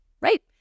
Right